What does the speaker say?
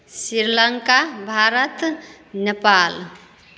Sri Lanka Bharat Nepal